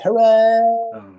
Hooray